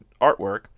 artwork